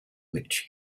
which